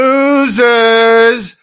Losers